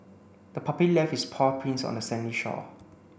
the puppy left its paw prints on the sandy shore